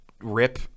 rip